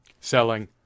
selling